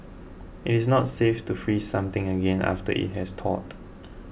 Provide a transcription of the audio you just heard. it is not safe to freeze something again after it has thawed